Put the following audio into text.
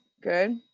good